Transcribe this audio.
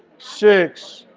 six.